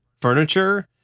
furniture